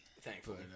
Thankfully